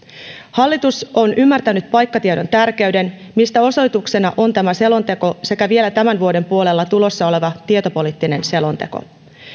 hallitus on ymmärtänyt paikkatiedon tärkeyden mistä osoituksena on tämä selonteko sekä vielä tämän vuoden puolella tulossa oleva tietopoliittinen selonteko